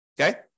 Okay